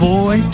Boy